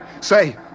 Say